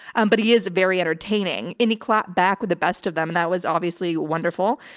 um, but he is very entertaining and he clapped back with the best of them. and that was obviously wonderful.